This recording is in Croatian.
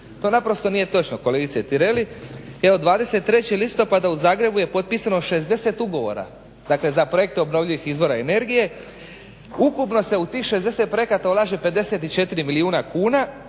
To naprosto nije točno kolegice Tireli i 23. listopada u Zagrebu je potpisano 60 ugovora dakle za projekte obnovljivih izvora energije. Ukupno se u tih 60 projekata ulaže 54 milijuna kuna,